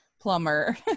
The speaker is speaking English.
plumber